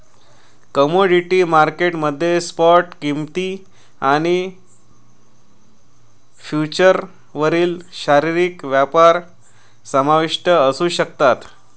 commodity market मध्ये spot किंमती आणि फ्युचर्सवरील शारीरिक व्यापार समाविष्ट असू शकतात